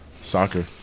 soccer